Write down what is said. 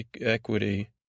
equity